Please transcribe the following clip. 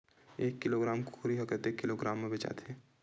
एक किलोग्राम कुकरी ह कतेक किलोग्राम म बेचाथे?